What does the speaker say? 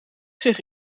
zich